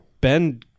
Ben